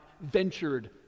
ventured